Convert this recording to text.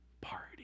party